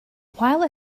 while